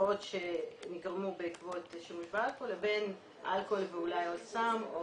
התופעות שנגרמו בעקבות שימוש באלכוהול לבין אלכוהול ואולי עוד סם.